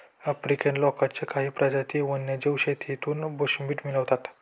African लोकांच्या काही प्रजाती वन्यजीव शेतीतून बुशमीट मिळवतात